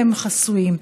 והם חסויים.